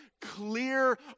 clear